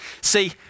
See